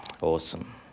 Awesome